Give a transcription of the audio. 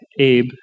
Abe